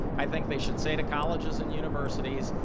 i think they should say to colleges and universities,